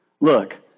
Look